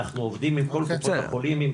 אנחנו עובדים עם כל קופות החולים,